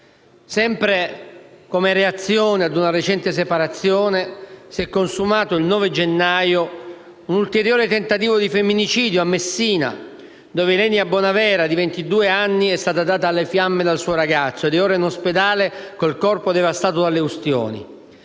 Sempre come reazione ad una recente separazione, si è consumato il 9 gennaio un ulteriore tentativo di femminicidio, a Messina, dove Ylenia Bonavera, di ventidue anni, è stata data alle fiamme dal suo ragazzo ed è ora in ospedale col corpo devastato dalle ustioni.